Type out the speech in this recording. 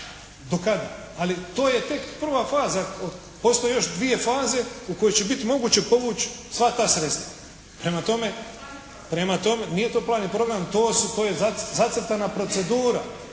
do kada? Ali to je tek prva faza. Postoje još dvije faze u kojima će biti moguće povući sva ta sredstva. Prema tome. …/Upadica se ne čuje./… Nije to plan i program, to je zacrtana procedura.